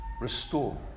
restore